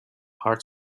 part